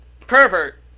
Pervert